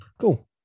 Cool